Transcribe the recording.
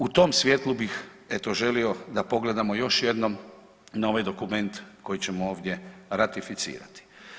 U tom svjetlu bih eto želio da pogledamo još jednom na ovaj dokument koji ćemo ovdje ratificirati.